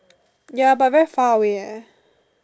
ya but very far away leh